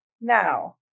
now